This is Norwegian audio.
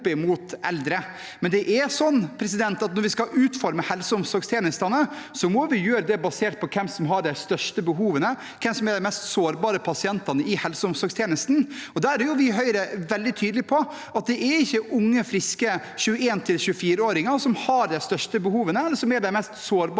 opp mot eldre. Men når vi skal utforme helse- og omsorgstjenestene, må vi gjøre det basert på hvem som har de største behovene, hvem som er de mest sårbare pasientene i helse- og omsorgstjenesten. Der er vi i Høyre veldig tydelige på at det ikke er unge og friske 21–24-åringer som har de største behovene, eller som er de mest sårbare pasientene i tannhelsetjenesten.